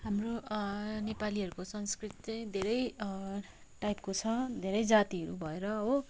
हाम्रो नेपालीहरूको संस्कृति चाहिँ धेरै टाइपको छ धेरै जातिहरू भएर हो